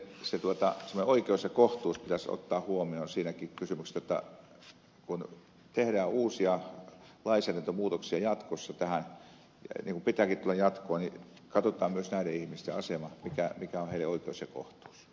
siinä mielessä semmoinen oikeus ja kohtuus pitäisi ottaa huomioon siinäkin kysymyksessä jotta kun tehdään uusia lainsäädäntömuutoksia jatkossa tähän niin kuin pitääkin tulla jatkoa niin katsotaan myös näiden ihmisten asema mikä on heille oikeus ja kohtuus